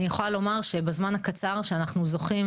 אני יכולה לומר שבזמן הקצר שאנחנו זוכים